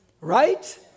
Right